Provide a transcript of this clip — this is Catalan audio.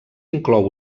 inclou